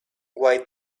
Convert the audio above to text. why